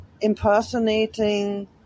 impersonating